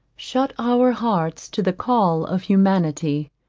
shut our hearts to the call of humanity.